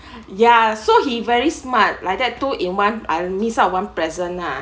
ya so he very smart like that two in one I'll miss out one present lah